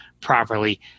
properly